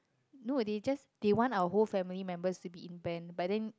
no they just they want our whole family members to be in band but then